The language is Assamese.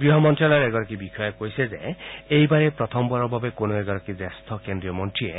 গৃহ মন্ত্যালয়ৰ এগৰাকী বিষয়াই কৈছে যে এইবাৰেই প্ৰথমবাৰৰ বাবে কোনো এগৰাকী জ্যেষ্ঠ কেন্দ্ৰীয় মন্ত্ৰীয়ে